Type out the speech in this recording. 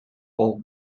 all